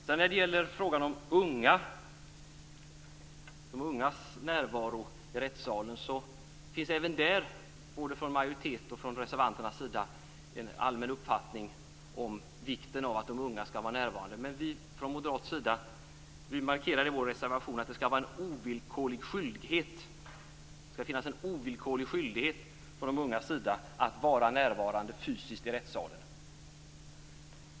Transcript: Även när det gäller frågan om de ungas närvaro i rättssalen finns det både från majoritetens och från reservanternas sida en allmän uppfattning om vikten att de unga skall vara närvarande. Vi moderater markerar i vår reservation att det skall finnas en ovillkorlig skyldighet för de unga att vara fysiskt närvarande i rättssalen.